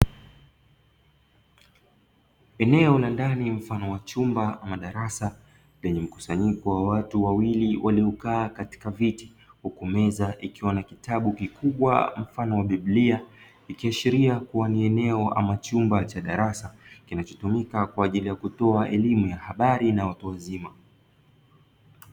Eneo la ndani mfano wa hcumba ama darasa lenye mkusanyiko wa watu wawili waliokaa katika viti, huku meza ikiwa na kitabu kikubwa mfano wa biblia, ikiashiria kuwa ni eneo ama chumba cha darasa kinachotumika kwa ajili ya kutoa elimu ya habari na watu wazima.